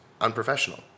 unprofessional